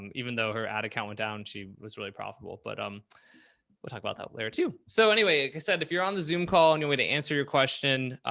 even though her ad account went down, she was really profitable. but, um we'll talk about that later, too. so anyway, i said, if you're on the zoom call and you way to answer your question,